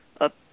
up